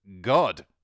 God